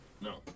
No